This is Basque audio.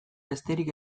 besterik